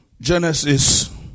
Genesis